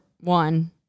one